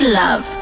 love